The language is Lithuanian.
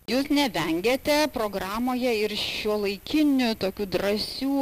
jūs nevengiate programoje ir šiuolaikinių tokių drąsių